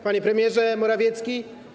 Panie Premierze Morawiecki!